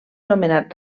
nomenat